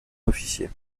officier